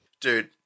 Dude